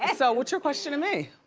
and so what's your question to me?